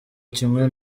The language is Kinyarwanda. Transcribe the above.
kimwe